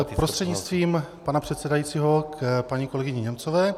Prostřednictvím pana předsedajícího k paní kolegyni Němcové .